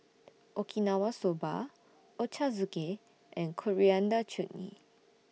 Okinawa Soba Ochazuke and Coriander Chutney